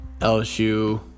LSU